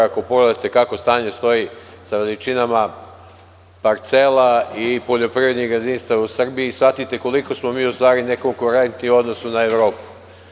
Ako pogledate kakvo stanje stoji sa veličinama parcela i poljoprivrednim gazdinstvima u Srbiji, shvatite koliko smo mi u stvari nekonkurentni u odnosu na Evropu.